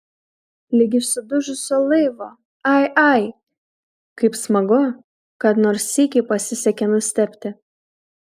lyg iš sudužusio laivo ai ai kaip smagu kad nors sykį pasisekė nustebti